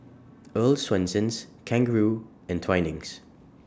Earl's Swensens Kangaroo and Twinings